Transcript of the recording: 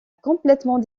complètement